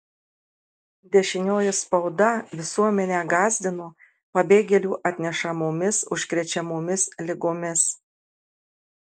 dešinioji spauda visuomenę gąsdino pabėgėlių atnešamomis užkrečiamomis ligomis